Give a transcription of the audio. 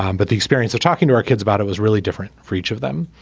um but the experience of talking to our kids about it was really different for each of them.